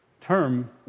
term